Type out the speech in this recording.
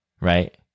Right